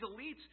elites